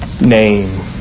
name